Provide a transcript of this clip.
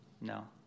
No